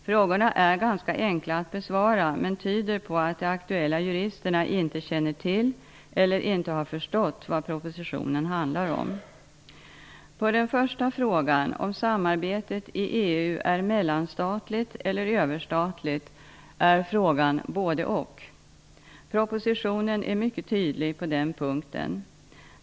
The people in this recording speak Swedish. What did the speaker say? Frågorna är ganska enkla att besvara men tyder på att de aktuella juristerna inte känner till eller inte förstått vad propositionen handlar om. På den första frågan, om samarbetet i EU är mellanstatligt eller överstatligt, är svaret: både-- och. Propositionen är mycket tydlig på den punkten.